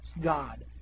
God